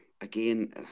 again